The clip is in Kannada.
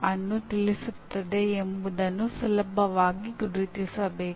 ನೀವು ಅದನ್ನು ಹೇಗೆ ಮುಂದುವರಿಸುತ್ತೀರಿ ಎಂಬುದರ ಆಧಾರದ ಮೇಲೆ ನಿಮ್ಮ ಕಲಿಕೆ ಭಿನ್ನವಾಗಿರುತ್ತದೆ